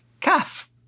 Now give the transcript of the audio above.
calf